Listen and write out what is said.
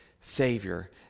Savior